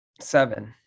Seven